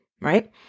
right